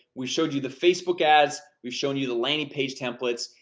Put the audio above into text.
we showed you the facebook ads, we've shown you the landing page templates.